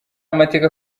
amateka